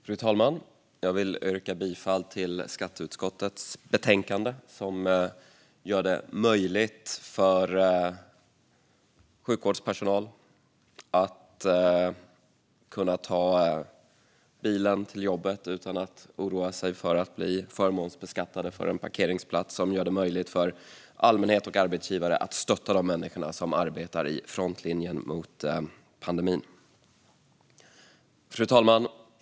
Fru talman! Jag yrkar bifall till förslaget i skatteutskottets betänkande som gör det möjligt för sjukvårdspersonal att ta bilen till jobbet utan att oroa sig för att bli förmånsbeskattad för en parkeringsplats och som gör det möjligt för allmänhet och arbetsgivare att stötta de människor som arbetar i frontlinjen mot pandemin. Fru talman!